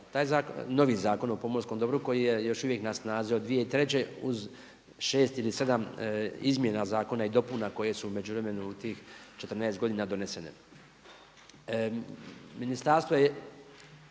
Taj zakon, novi Zakon o pomorskom dobru, koji je još uvijek na snazi od 2003. uz 6 ili 7 izmjena zakon ili dopuna koje su međuvremenu u tih 14 godina donesene.